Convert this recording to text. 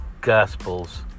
Gospels